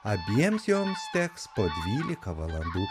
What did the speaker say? abiems joms teks po dvylika valandų